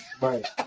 Right